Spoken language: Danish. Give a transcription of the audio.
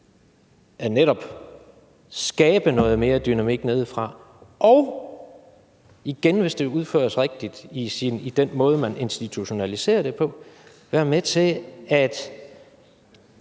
til netop at skabe noget mere dynamik nedefra og – igen hvis det udføres rigtigt i den måde, man institutionaliserer det på – være med til, at